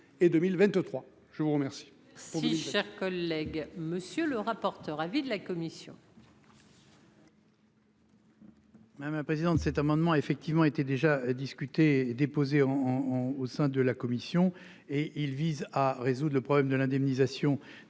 Merci cher collègue.